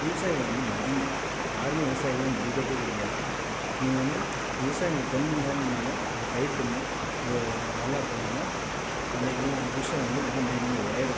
விவசாயிகளை வந்து மதிங்க யாருமே விவசாயிகளை மதிக்கறதே கிடையாது நீங்கள் வந்து விவசாயம் கொஞ்சம் நிலம் இருந்தாலும் அதை பயிர் பண்ணி நல்லா பண்ணிங்கன்னா அந்த வி விவசாயம் வந்து நல்லா மேன்மேலும் ஒயரும்